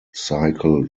cycle